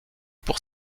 pour